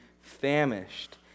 famished